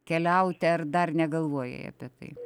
keliauti ar dar negalvojai apie tai